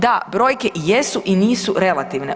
Da, brojke i jesu i nisu relativne.